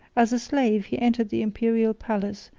as a slave he entered the imperial palace,